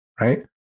right